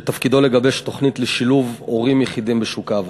שתפקידו לגבש תוכנית לשילוב הורים יחידים בשוק העבודה.